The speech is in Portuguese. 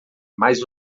mais